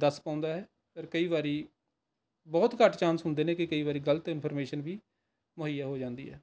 ਦੱਸ ਪਾਉਂਦਾ ਹੈ ਔਰ ਕਈ ਵਾਰੀ ਬਹੁਤ ਘੱਟ ਚਾਂਸ ਹੁੰਦੇ ਨੇ ਕਿ ਕਈ ਵਾਰੀ ਗਲਤ ਇਨਫੋਰਮੇਸ਼ਨ ਵੀ ਮੁੱਹਈਆ ਹੋ ਜਾਂਦੀ ਹੈ